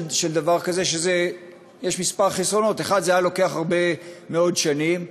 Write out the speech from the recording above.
של דבר כזה יש כמה חסרונות: 1. זה היה לוקח הרבה מאוד שנים.